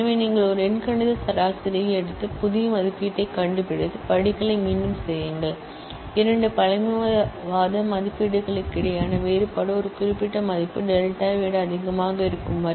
எனவே நீங்கள் ஒரு எண்கணித சராசரியை எடுத்து புதிய மதிப்பீட்டைக் கண்டுபிடித்துஅந்த ஸ்டெப்களை மீண்டும் செய்யுங்கள் இரண்டு கான்சர்வேட்டிவ் எஸ்டிமேட் களுக்கிடையேயான வேறுபாடு ஒரு குறிப்பிட்ட மதிப்பு டெல்டாவை விட அதிகமாக இருக்கும